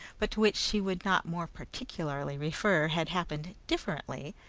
but to which she would not more particularly refer, had happened differently,